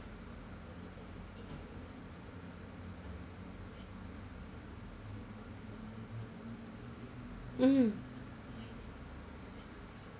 mm